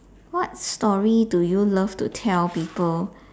what story do you love to tell people